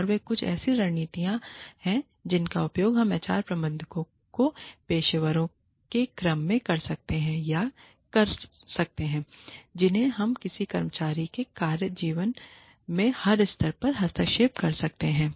और ये कुछ ऐसी रणनीतियाँ हैं जिनका उपयोग हम एचआर प्रबंधकों और पेशेवरों के क्रम में कर सकते हैं या कर सकते हैं जिन्हें हम किसी कर्मचारी के कार्य जीवन में हर स्तर पर हस्तक्षेप कर सकते हैं